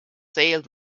sailed